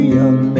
young